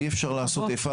ואי-אפשר לעשות אֵיפָה